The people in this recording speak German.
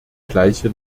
gleiche